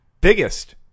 biggest